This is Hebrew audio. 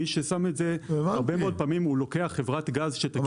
מי ששם את זה הרבה מאוד פעמים הוא לוקח חברת גז -- הבנתי.